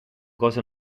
cose